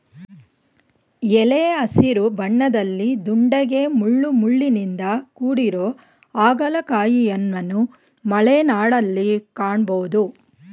ಎಲೆ ಹಸಿರು ಬಣ್ಣದಲ್ಲಿ ದುಂಡಗೆ ಮುಳ್ಳುಮುಳ್ಳಿನಿಂದ ಕೂಡಿರೊ ಹಾಗಲಕಾಯಿಯನ್ವನು ಮಲೆನಾಡಲ್ಲಿ ಕಾಣ್ಬೋದು